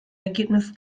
ergebnis